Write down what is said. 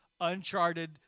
uncharted